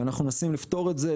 ואנחנו מנסים לפתור את זה.